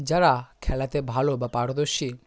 যারা খেলাতে ভালো বা পারদর্শী